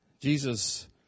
Jesus